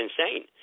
insane